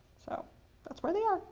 so that's where they are.